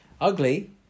Ugly